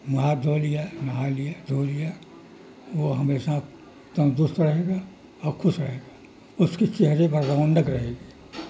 نہا دھو لیا نہا لیا دھو لیا وہ ہمیشہ تندرست رہے گا اور خوش رہے گا اس کی چہرے پر رونق رہے گی